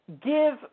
give